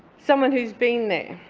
someone who's been there.